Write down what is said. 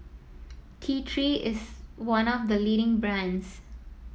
T Three is one of the leading brands